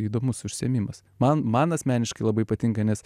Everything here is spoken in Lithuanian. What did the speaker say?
įdomus užsiėmimas man man asmeniškai labai patinka nes